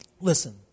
Listen